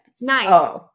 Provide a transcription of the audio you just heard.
Nice